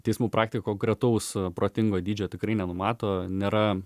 teismų praktika konkretaus protingo dydžio tikrai nenumato nėra